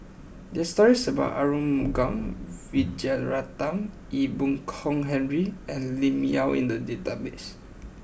there are stories about Arumugam Vijiaratnam Ee Boon Kong Henry and Lim Yau in the database